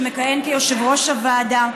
שמכהן כיושב-ראש הוועדה,